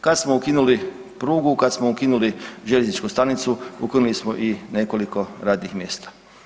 Kad smo ukinuli prugu, kad smo ukinuli željezničku stanicu ukinuli smo i nekoliko radnih mjesta.